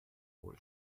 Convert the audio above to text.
wohl